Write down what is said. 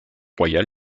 royal